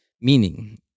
Meaning